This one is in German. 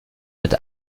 mit